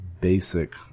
basic